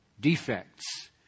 defects